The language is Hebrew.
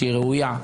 שהיא ראויה,